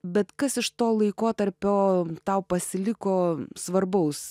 bet kas iš to laikotarpio tau pasiliko svarbaus